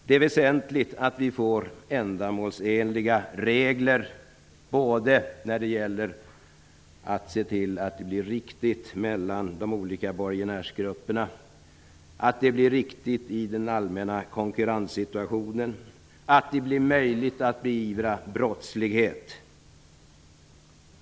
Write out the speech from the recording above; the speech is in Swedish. Det är väsentligt att reglerna är ändamålsenliga, när det gäller att se till att skapa rättvisa mellan de olika borgenärsgrupperna och i den allmänna konkurrenssituationen samt att göra det möjligt att beivra brottslighet.